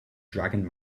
dragon